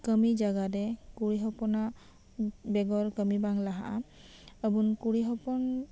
ᱠᱟᱹᱢᱤ ᱡᱟᱜᱟ ᱨᱮ ᱠᱩᱲᱤ ᱦᱚᱯᱚᱱᱟᱜ ᱵᱮᱜᱚᱨ ᱠᱟᱹᱢᱤ ᱵᱟᱝ ᱞᱟᱦᱟᱜᱼᱟ ᱟᱹᱵᱩᱱ ᱠᱩᱲᱤ ᱦᱚᱯᱚᱱ